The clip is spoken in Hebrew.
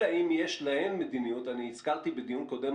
אלא אם יש להם מדיניות אני הזכרתי בדיון קודם